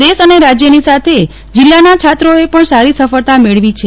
દેશ અને રાજ્યની સાથે જિલાના છાત્રોએ પણ સારી સફળતા મેળવી છે